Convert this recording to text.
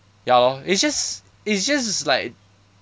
ya lor it's just it's just like